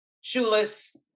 Shoeless